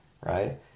right